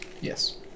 Yes